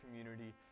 community